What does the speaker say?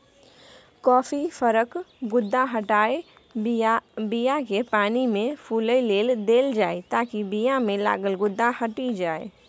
coffee फरक गुद्दा हटाए बीयाकेँ पानिमे फुलए लेल देल जाइ ताकि बीयामे लागल गुद्दा हटि जाइ